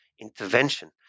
intervention